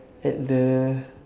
at the